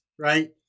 right